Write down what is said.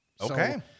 Okay